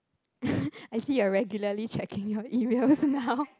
I see you're regularly checking your emails now